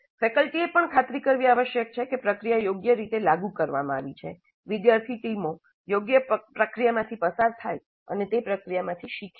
ફેકલ્ટીએ પણ ખાતરી કરવી આવશ્યક છે કે પ્રક્રિયા યોગ્ય રીતે લાગુ કરવામાં આવી છે વિદ્યાર્થી ટીમો યોગ્ય પ્રક્રિયામાંથી પસાર થાય છે અને તે પ્રક્રિયામાંથી શીખે છે